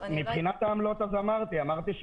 מבחינת העמלות, אמרתי.